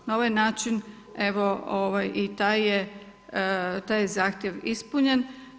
Na ovaj način evo i taj je zahtjev ispunjen.